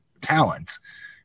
talents